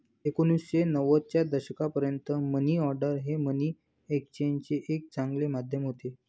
एकोणीसशे नव्वदच्या दशकापर्यंत मनी ऑर्डर हे मनी एक्सचेंजचे एक चांगले माध्यम होते